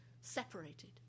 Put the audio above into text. separated